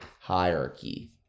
hierarchy